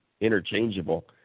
interchangeable